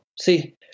See